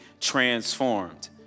transformed